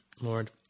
Lord